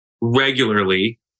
regularly